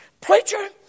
Preacher